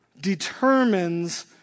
determines